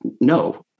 no